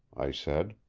i said.